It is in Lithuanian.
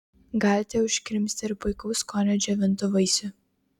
galite užkrimsti ir puikaus skonio džiovintų vaisių